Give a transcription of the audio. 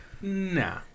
nah